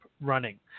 running